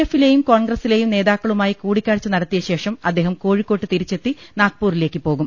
എഫിലെയും കോൺഗ്രസിലെയും നേതാക്കളുമായി കൂടിക്കാഴ്ച നടത്തിയശേഷം അദ്ദേഹം കോഴിക്കോട്ട് തിരിച്ചെത്തി നാഗ്പൂരിലേക്ക് പോകും